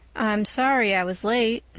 i'm sorry i was late,